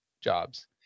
jobs